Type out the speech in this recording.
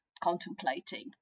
contemplating